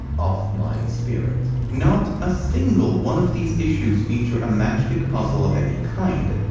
of my spirit. not a single one of these issues feature a matchstick puzzle of any kind.